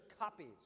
copies